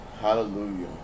Hallelujah